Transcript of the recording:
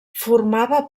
formava